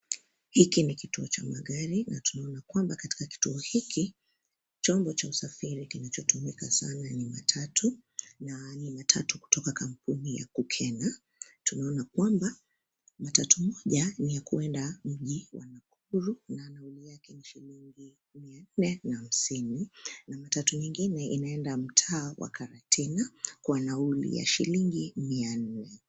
Hiki ni kituo cha magari, na tunaona kwamba katika kituo hiki, chombo cha usafiri kinachotumika sana ni matatu. Na ni matatu kutoka kampuni ya gukena. Tunaona kwamba , matatu moja ni ya kwenda mji wa nakuru na nauli yake ni shilingi mia nne hamsini. Na matatu nyingine inaenda mtaa wa karatina, kwa nauli ya shilingi mia nne.